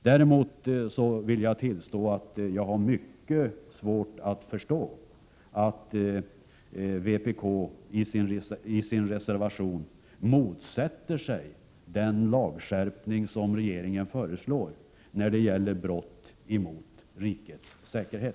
Däremot vill jag tillstå att jag har mycket svårt att förstå att vpki sin reservation motsätter sig den lagskärpning som regeringen föreslår när det gäller brott mot rikets säkerhet.